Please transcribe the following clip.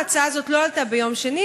ההצעה הזאת לא עלתה ביום שני,